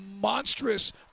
monstrous –